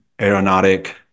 aeronautic